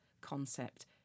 concept